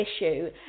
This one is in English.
issue